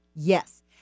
Yes